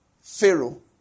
Pharaoh